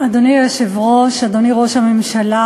אדוני היושב-ראש, אדוני ראש הממשלה,